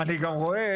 אני גם רואה,